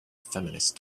feminist